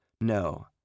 No